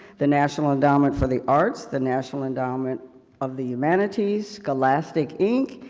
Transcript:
the national endowment for the arts, the national endowment of the humanities, scholastic inc,